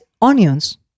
onions